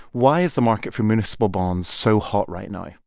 why is the market for municipal bonds so hot right now?